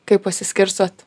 kaip pasiskirstot